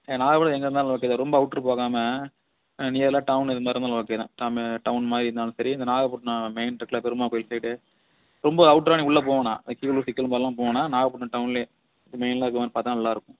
ஆ நாகபட்னத்தில் எங்கே இருந்தாலும் ஓகே தான் ரொம்ப அவுட்ரு போகாமல் நியராக டவுன்னு இதுமாதிரி இருந்தாலும் ஓகே தான் நம்ம டவுன்மாதிரி இருந்தாலும் சரி இந்த நாகபட்டினம் மெயின்ருக்குல பெருமாள் கோயில் சைடு ரொம்ப அவுட்ரா நீ உள்ளே போ வேணாம் இந்த கீவளூர் சிக்கல் இந்தமாதிரிலாம் போக வேணாம் நாகப்பட்டினம் டவுன்ல மெயின்லையே பார்த்தா நல்லாருக்கும்